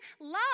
love